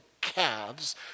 calves